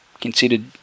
considered